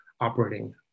operating